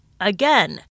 again